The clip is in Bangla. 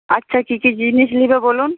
আচ্ছা কী কী জিনিস নেবে বলুন